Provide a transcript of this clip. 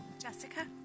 Jessica